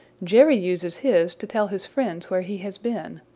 jerry uses his to tell his friends where he has been.